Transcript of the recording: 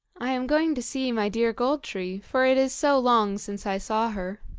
i am going to see my dear gold-tree, for it is so long since i saw her.